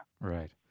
Right